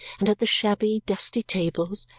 and at the shabby, dusty tables,